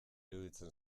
iruditzen